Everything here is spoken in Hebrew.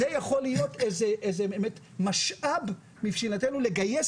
זה יכול להיות משאב מבחינתנו לגייס